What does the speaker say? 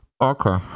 Okay